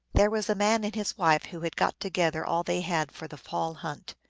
there was a man and his wife who had got to gether all they had for the fall hunt.